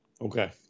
Okay